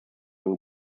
and